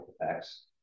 effects